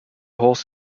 horse